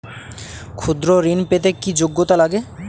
ক্ষুদ্র ঋণ পেতে কি যোগ্যতা লাগে?